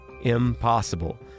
impossible